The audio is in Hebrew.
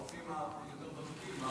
הרופאים היותר-ותיקים?